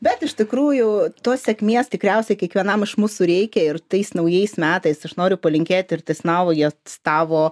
bet iš tikrųjų tos sėkmės tikriausiai kiekvienam iš mūsų reikia ir tais naujais metais aš noriu palinkėti ir tas navojat tavo